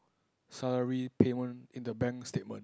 salary payment in the bank statement